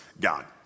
God